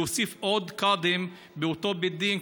להוסיף עוד קאדים באותו בית דין,